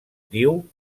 diu